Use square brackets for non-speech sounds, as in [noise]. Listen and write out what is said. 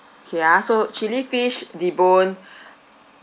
K ah so chili fish debone [breath]